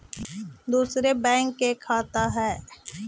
दुसरे बैंक के खाता हैं?